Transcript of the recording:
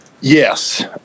Yes